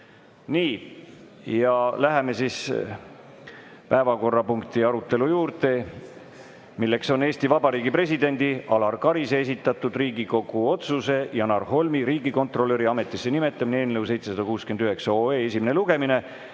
Läheme päevakorrapunkti arutelu juurde, milleks on Eesti Vabariigi presidendi Alar Karise esitatud Riigikogu otsuse "Janar Holmi riigikontrolöri ametisse nimetamine" eelnõu 769 esimene lugemine.